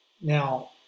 Now